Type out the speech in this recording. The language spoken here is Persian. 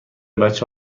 بچه